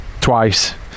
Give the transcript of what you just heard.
twice